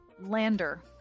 Lander